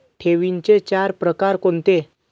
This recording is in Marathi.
ठेवींचे चार प्रकार कोणते?